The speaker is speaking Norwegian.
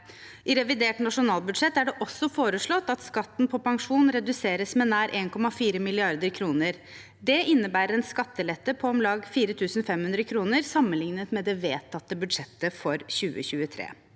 I revidert nasjonalbudsjett er det også foreslått at skatten på pensjon reduseres med nær 1,4 mrd. kr. Det innebærer en skattelette på om lag 4 500 kr sammenlignet med det vedtatte budsjettet for 2023.